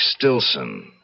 Stilson